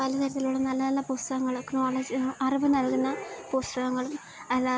പലതരത്തിലുള്ള നല്ല നല്ല പുസ്തകങ്ങളൊക്കെ അറിവ് നൽകുന്ന പുസ്തകങ്ങളും അല്ലാതെ